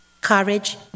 courage